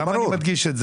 למה אני מדגיש את זה?